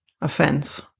offense